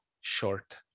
Short